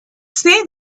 say